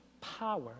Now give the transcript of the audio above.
power